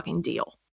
deal